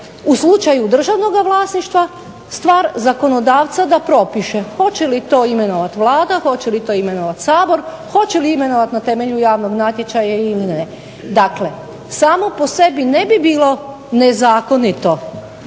U slučaju državnoga vlasništva stvar je zakonodavca da propiše hoće li to imenovat Vlada, hoće li to imenovat Sabor, hoće li imenovat na temelju javnog natječaja ili ne. Dakle, samo po sebi ne bi bilo nezakonito